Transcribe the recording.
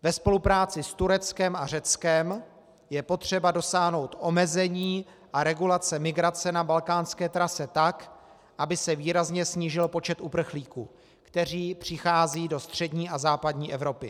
Ve spolupráci s Tureckem a Řeckem je potřeba dosáhnout omezení a regulace migrace na balkánské trase tak, aby se výrazně snížil počet uprchlíků, kteří přicházejí do střední a západní Evropy.